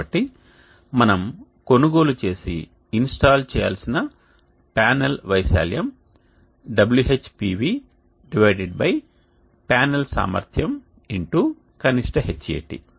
కాబట్టి మనం కొనుగోలు చేసి ఇన్స్టాల్ చేయాల్సిన ప్యానెల్ వైశాల్యం WHPV ప్యానెల్ సామర్థ్యం X కనిష్ట Hat